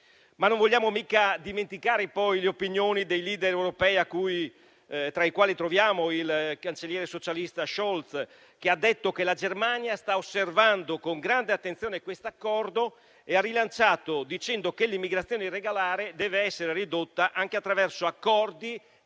Non vogliamo inoltre dimenticare le opinioni dei *leader* europei, tra i quali troviamo il cancelliere socialista Scholz, che ha detto che la Germania sta osservando con grande attenzione questo accordo e ha rilanciato dicendo che l'immigrazione irregolare deve essere ridotta anche attraverso accordi